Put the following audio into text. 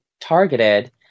targeted